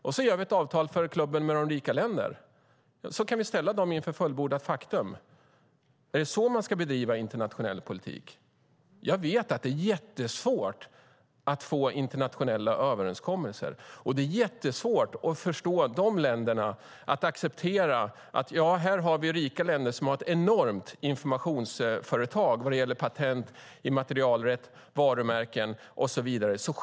Vi har gjort ett avtal för klubben med rika länder, och så har vi kunnat ställa de andra inför ett fullbordat faktum. Är det så man ska bedriva internationell politik? Jag vet att det är svårt att sluta internationella överenskommelser, och det är svårt att få dessa länder att acceptera att rika länder har ett informationsövertag när det gäller patent, immaterialrätt och varumärken.